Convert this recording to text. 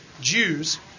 Jews